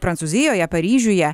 prancūzijoje paryžiuje